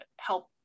help